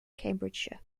cambridgeshire